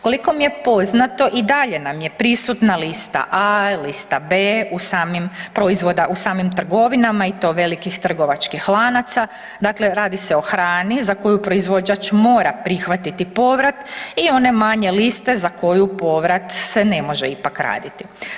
Koliko mi je poznato i dalje nam je prisutna lista A, lista B proizvoda u samim trgovinama i to velikih trgovačkih lanaca, dakle radi se o hrani za koju proizvođač mora prihvatiti povrat i one manje liste za koju povrat se ne može ipak raditi.